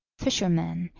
fisherman,